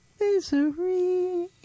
misery